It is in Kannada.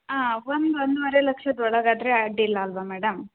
ಹಾಂ ಒಂದು ಒಂದೂವರೆ ಲಕ್ಷದ ಒಳಗೆ ಆದರೆ ಅಡ್ಡಿಯಿಲ್ಲ ಅಲ್ಲವಾ ಮೇಡಮ್